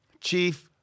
Chief